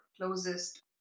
closest